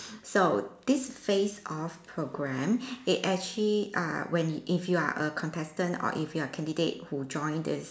so this face off program it actually uh when if you are a contestant or if you are a candidate who join this